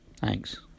thanks